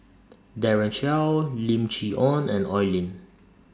Daren Shiau Lim Chee Onn and Oi Lin